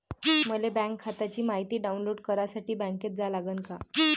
मले बँक खात्याची मायती डाऊनलोड करासाठी बँकेत जा लागन का?